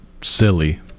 silly